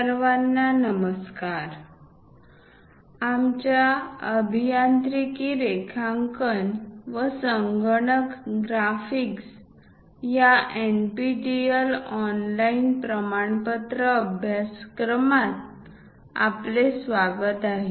सर्वांना नमस्कार आमच्या अभियांत्रिकी रेखांकन व संगणक ग्राफिक्स या NPTEL ऑनलाइन प्रमाणपत्र अभ्यासक्रमात आपले स्वागत आहे